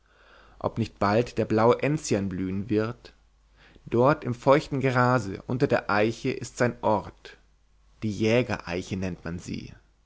ob nicht bald der blaue enzian blühen wird dort im feuchten grase unter der eiche ist sein ort die jägereiche nennt man sie